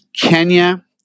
Kenya